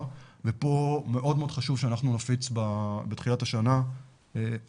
ופה מאוד מאוד חשוב שאנחנו נפיץ בתחילת השנה הסברים.